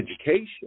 education